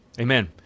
Amen